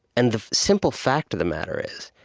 and the simple fact of the matter is,